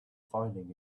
finding